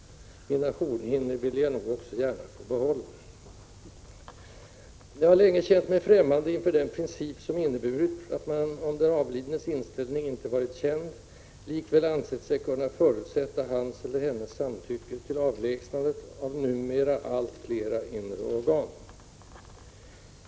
Mina hornhinnor vill jag nog också gärna få behålla. Jag har länge känt mig främmande inför den princip, som inneburit att man - om den avlidnes inställning inte varit känd — likväl ansett sig kunna förutsätta hans eller hennes samtycke till avlägsnandet av numera allt flera inre organ.